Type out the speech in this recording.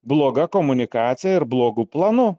bloga komunikacija ir blogu planu